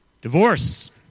Divorce